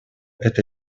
эта